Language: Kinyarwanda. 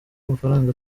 amafaranga